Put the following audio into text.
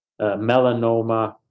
melanoma